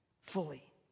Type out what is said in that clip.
fully